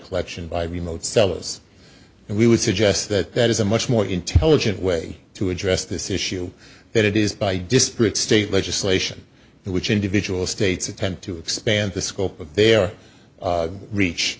collection by remote sellers and we would suggest that that is a much more intelligent way to address this issue that it is by disparate state legislation which individual states attempt to expand the scope of